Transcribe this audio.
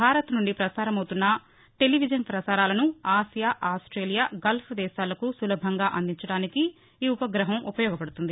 భారత్ నుండి ప్రసారమవుతున్న టెలివిజన్ ప్రసారాలను ఆసియ ఆస్టేలియ గల్ఫ్ దేశాలకు సులభంగా అందించడానికి ఈ ఉప్రగహం ఉపయోగపడుతుంది